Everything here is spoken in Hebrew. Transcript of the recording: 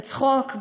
בצחוק,